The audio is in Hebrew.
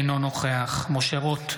אינו נוכח משה רוט,